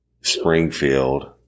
Springfield